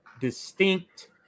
distinct